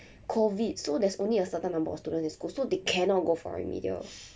COVID so there's only a certain number of students in school so they cannot go for remedial